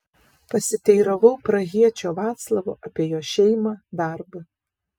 pasiteiravau prahiečio vaclavo apie jo šeimą darbą